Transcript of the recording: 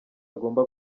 agomba